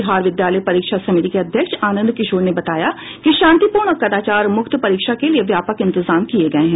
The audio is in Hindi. बिहार विद्यालय परीक्षा समिति के अध्यक्ष आनंद किशोर ने बताया कि शांतिपूर्ण और कदाचार मुक्त परीक्षा के लिये व्यापक इंतजाम किये गये हैं